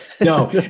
no